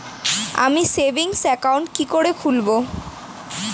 আমি savings account কি করে খুলব?